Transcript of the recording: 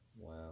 Wow